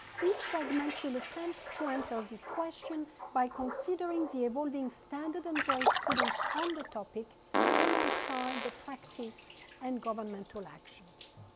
this segment will attempt to and answer this question by considering the evolving standard and jurisprudence on the topic alongside the practice and governmental actions.